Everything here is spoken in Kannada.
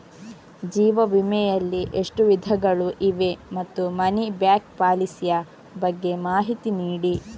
ಜೀವ ವಿಮೆ ಯಲ್ಲಿ ಎಷ್ಟು ವಿಧಗಳು ಇವೆ ಮತ್ತು ಮನಿ ಬ್ಯಾಕ್ ಪಾಲಿಸಿ ಯ ಬಗ್ಗೆ ಮಾಹಿತಿ ನೀಡಿ?